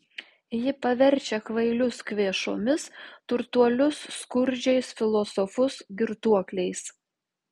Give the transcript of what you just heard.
ji paverčia kvailius kvėšomis turtuolius skurdžiais filosofus girtuokliais